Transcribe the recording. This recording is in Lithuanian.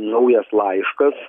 naujas laiškas